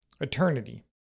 Eternity